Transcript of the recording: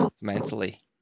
mentally